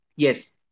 Yes